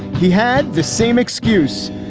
he had the same excuse.